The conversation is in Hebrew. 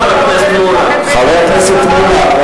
זוכר מה היה המצב כאן, שלטון, חבר הכנסת מולה.